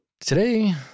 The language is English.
Today